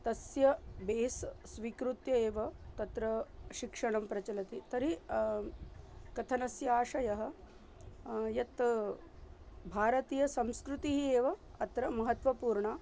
तस्य बेस् स्वीकृत्य एव तत्र शिक्षणं प्रचलति तर्हि कथनस्य आशयः यत् भारतीयसंस्कृतिः एव अत्र महत्वपूर्णा